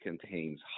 contains